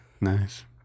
Nice